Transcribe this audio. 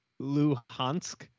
Luhansk